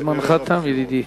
זמנך תם, ידידי.